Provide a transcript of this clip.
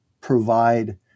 provide